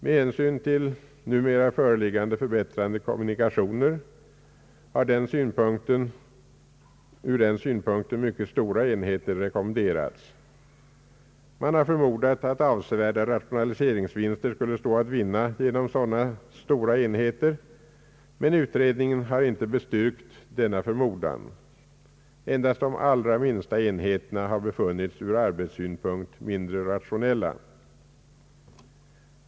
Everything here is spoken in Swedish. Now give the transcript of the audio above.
Med hänsyn till numera föreliggande förbättrade kommunikationer har från denna synpunkt mycket stora enheter rekommenderats. Man har förmodat att avsevärda rationaliseringsvinster skulle kunna göras genom dylika stora enheter, men utredningen har inte bestyrkt denna förmodan. Endast de allra minsta enheterna har ur arbetssynpunkt befunnits mindre rationella.